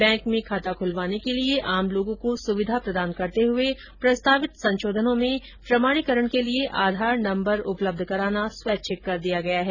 bank में खाता खुलवाने के लिए आम लोगों को सुविधा प्रदान करते हुए प्रस्तावित संशोधनों में प्रमाणीकरण के लिये आधार नम्बर उपलब्ध कराना स्वैच्छिक कर दिया गया है